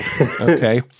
Okay